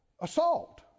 assault